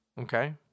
Okay